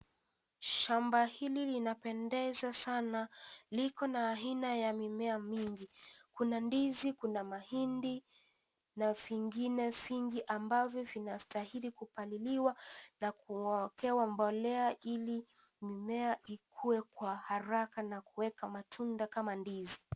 Shamba hili linapendeza sana. Liko na aina ya mimea mingi. Kuna ndizi, kuna mahindi, na vingine vingi ambavyo vinastahili kupaliliwa na kung'ookea mbolea ili mimea ikue kwa haraka kuweka matunda kama vile ndizi.